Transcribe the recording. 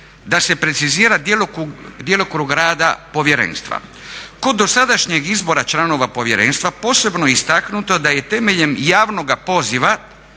da se precizira djelokrug rada povjerenstva. Kod dosadašnjeg izbora članova povjerenstva posebno je istaknuto da je temeljem javnoga poziva